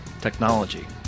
technology